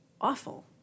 awful